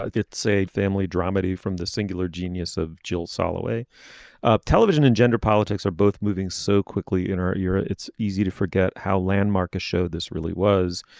it's a family dramedy from the singular genius of jill soloway ah television and gender politics are both moving so quickly in our era. it's easy to forget how landmark a show this really was.